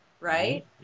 right